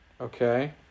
Okay